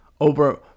over